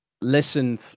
listen